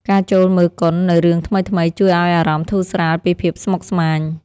ការចូលមើលកុននូវរឿងថ្មីៗជួយឱ្យអារម្មណ៍ធូរស្រាលពីភាពស្មុគស្មាញ។